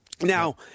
Now